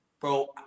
Bro